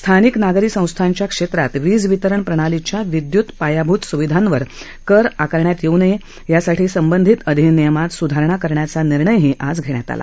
स्थानिक नागरी संस्थांच्या क्षेत्रात वीज वितरण प्रणालीच्या विदयुत पायाभूत सुविधांवर कर आकारण्यात येऊ नये यासाठी संबंधित अधिनियमांत स्धारणा करण्याचा निर्णयही आज घेण्यात आला